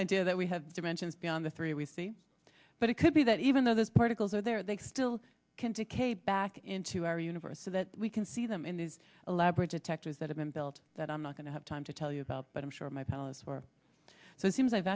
but that we have dimensions beyond the three we see but it could be that even though those particles are there they still can take a back into our universe so that we can see them in these elaborate detectors that have been built that i'm not going to have time to tell you about but i'm sure my palace or so it seems i've